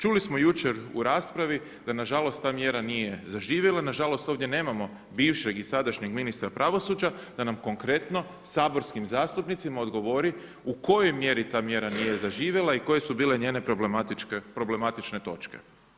Čuli smo jučer u raspravi da nažalost ta mjera nije zaživjela, nažalost ovdje nemamo bivšeg i sadašnjeg ministra pravosuđa da nam konkretno saborskim zastupnicima odgovori u kojoj mjeri ta mjera nije zaživjela i koje su bile njene problematične točke.